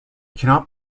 cannot